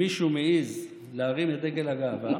אם מישהו מעז להרים את דגל הגאווה,